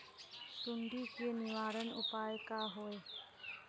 सुंडी के निवारण उपाय का होए?